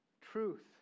truth